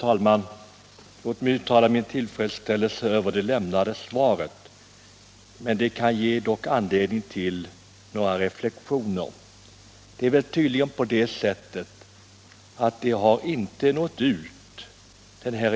Herr talman! Jag uttalar min tillfredsställelse med det lämnade svaret. Det kan dock ge anledning till några reflexioner.